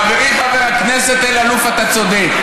חברי חבר הכנסת אלאלוף, אתה צודק.